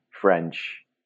French